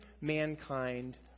mankind